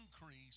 increase